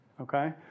okay